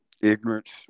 ignorance